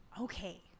Okay